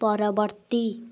ପରବର୍ତ୍ତୀ